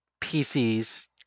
PCs